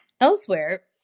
Elsewhere